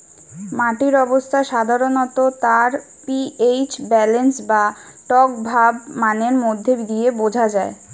মাটির অবস্থা সাধারণত তার পি.এইচ ব্যালেন্স বা টকভাব মানের মধ্যে দিয়ে বুঝা যায়